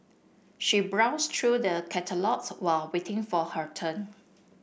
she browsed through the catalogues while waiting for her turn